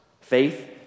Faith